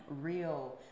real